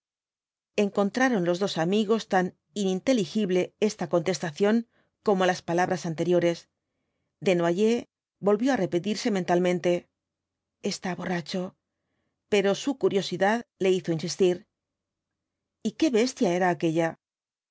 encontraron los dos amigos tan ininteligible esta contestación como las palabras anteriores desnoyers volvió á repetirse mentalmente está borracho pero su curiosidad le hizo insistir y qué bestia era aquella